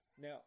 Now